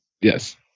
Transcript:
Yes